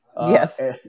yes